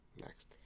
next